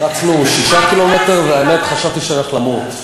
רצנו 6 קילומטר, והאמת, חשבתי שאני הולך למות.